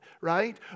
right